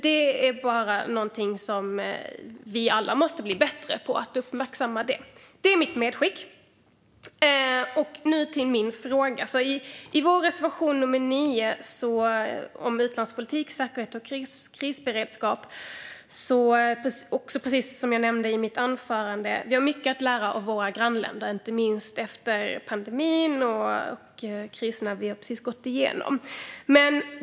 Detta är något vi alla måste bli bättre på att uppmärksamma. Detta är mitt medskick. Nu till min fråga. I vår reservation 9 om utlandspolitik, säkerhet och krisberedskap tar vi upp att vi har mycket att lära av våra grannländer, vilket jag även tog upp i mitt anförande. Det gäller inte minst efter pandemin och de kriser som vi precis har gått igenom.